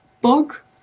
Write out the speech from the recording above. book